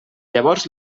llavors